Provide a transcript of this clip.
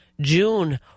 June